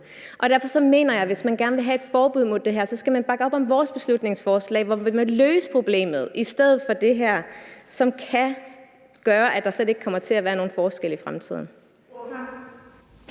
Derfor mener jeg, at hvis man gerne vil have et forbud mod det her, skal man bakke op om vores beslutningsforslag, som vil løse problemet, i stedet for det her, som kan gøre, at der slet ikke kommer til at være nogen forskel i fremtiden.